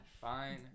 fine